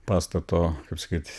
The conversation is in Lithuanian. pastato kaip sakyt